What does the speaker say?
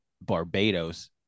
Barbados